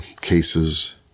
cases